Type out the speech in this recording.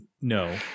No